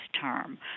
term